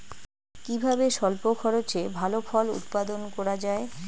কিভাবে স্বল্প খরচে ভালো ফল উৎপাদন করা যায়?